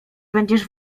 będziesz